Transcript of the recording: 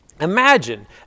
Imagine